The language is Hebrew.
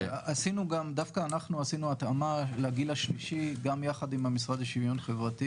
דווקא אנחנו עשינו התאמה לגיל השלישי יחד עם המשרד לשוויון חברתי.